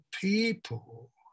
people